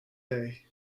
day